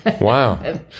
Wow